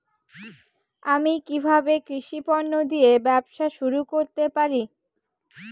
আমি কিভাবে কৃষি পণ্য দিয়ে ব্যবসা শুরু করতে পারি?